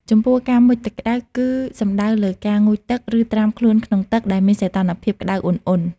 ចំពោះការមុជទឹកក្តៅ គឺសំដៅលើការងូតទឹក ឬត្រាំខ្លួនក្នុងទឹកដែលមានសីតុណ្ហភាពក្តៅឧណ្ហៗ។